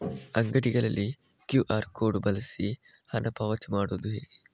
ಅಂಗಡಿಗಳಲ್ಲಿ QR code ಬಳಸಿ ಹಣ ಪಾವತಿ ಮಾಡೋದು ಹೇಗೆ?